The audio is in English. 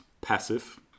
passive